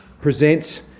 presents